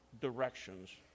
directions